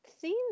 seen